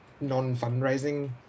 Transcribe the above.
non-fundraising